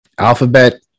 alphabet